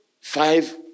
five